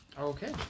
Okay